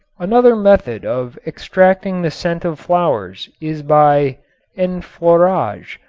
another method of extracting the scent of flowers is by enfleurage,